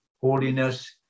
Holiness